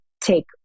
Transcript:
take